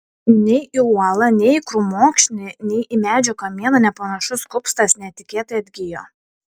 nei į uolą nei į krūmokšnį nei į medžio kamieną nepanašus kupstas netikėtai atgijo